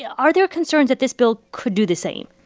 yeah are there concerns that this bill could do the same?